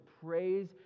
praise